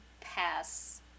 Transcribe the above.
pass